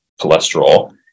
cholesterol